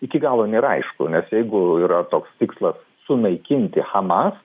iki galo nėra aišku nes jeigu yra toks tikslas sunaikinti hamas